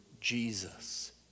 Jesus